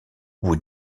bout